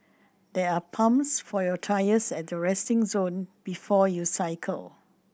there are pumps for your tyres at the resting zone before you cycle